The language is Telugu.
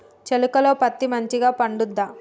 చేలుక లో పత్తి మంచిగా పండుద్దా?